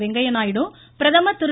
வெங்கய்ய நாயுடு பிரதமர் திரு